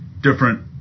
different